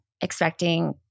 expecting